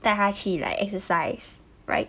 带他去 like exercise right